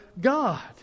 god